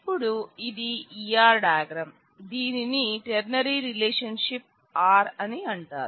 ఇప్పుడు ఇది E R diagram దీనిని టెర్నరీ రిలేషన్ షిప్ R అని అంటారు